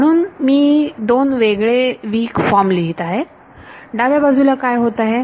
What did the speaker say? म्हणून मी दोन वेगळे वीक फॉर्म लिहीत आहे डाव्या बाजूला काय होत आहे